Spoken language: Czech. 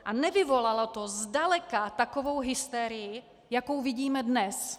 A nevyvolalo to zdaleka takovou hysterii, jakou vidíme dnes.